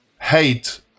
hate